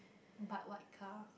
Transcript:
but what car